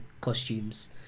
costumes